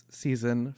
season